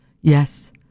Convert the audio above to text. Yes